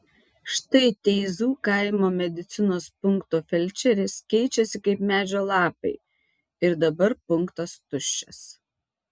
štai teizų kaimo medicinos punkto felčerės keičiasi kaip medžio lapai ir dabar punktas tuščias